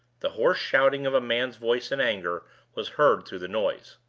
the hoarse shouting of a man's voice in anger was heard through the noise.